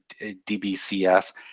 dbcs